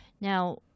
Now